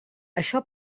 això